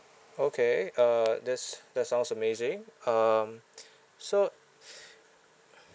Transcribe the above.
okay uh that's that sounds amazing um so